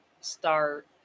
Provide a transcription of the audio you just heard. start